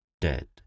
dead